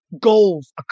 goals